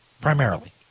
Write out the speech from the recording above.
Primarily